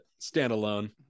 standalone